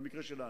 במקרה שלנו,